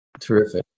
Terrific